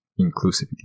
inclusivity